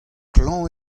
klañv